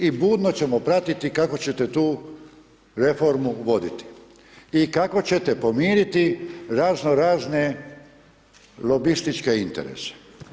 I budno ćemo pratiti kako ćete tu reformu uvoditi i kako ćete pomiriti razno razne lobističke interese.